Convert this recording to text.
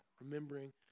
remembering